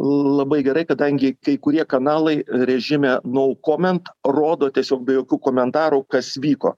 labai gerai kadangi kai kurie kanalai režime nou koment rodo tiesiog be jokių komentarų kas vyko